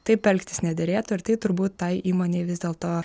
taip elgtis nederėtų ir tai turbūt tai įmonei vis dėlto